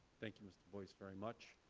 thank you, mr. boyce, very much.